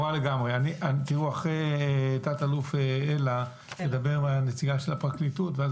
תכף תדבר גם הנציגה של הפרקליטות ואז